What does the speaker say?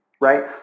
right